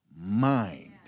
mind